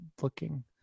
looking